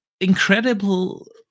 incredible